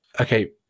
Okay